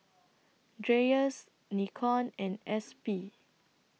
Dreyers Nikon and S B